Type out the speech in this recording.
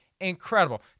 incredible